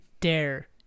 dare